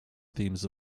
themes